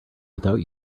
without